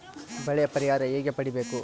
ಬೆಳೆ ಪರಿಹಾರ ಹೇಗೆ ಪಡಿಬೇಕು?